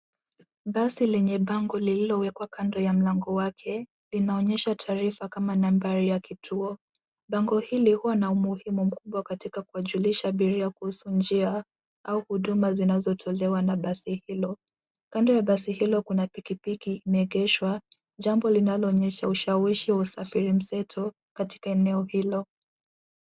Basi lenye bango lililowekwa kando ya mlango wake linaonyesha taarifa kama nambari ya kituo. Bango hili huwa na umuhimu mkubwa katika kuwajulisha abiria kuhusu njia au huduma zinazotolewa na basi hilo. Kando ya basi hilo kuna pikipiki imeegeshwa, jambo linaloonyesha ushawishi wa usafiri mseto katika eneo hilo.